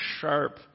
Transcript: sharp